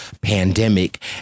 pandemic